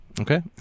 Okay